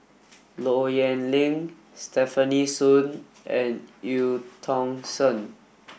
Low Yen Ling Stefanie Sun and Eu Tong Sen